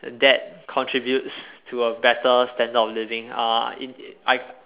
that contributes to a better standard of living uh in I